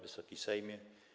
Wysoki Sejmie!